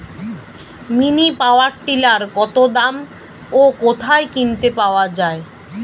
Mini power tiller কত দাম ও কোথায় কিনতে পাওয়া যায়?